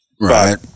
Right